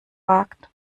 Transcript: wagt